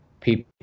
people